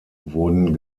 wurden